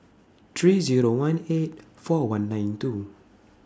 three Zero one eight four one nine two